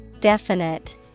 Definite